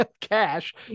Cash